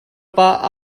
pah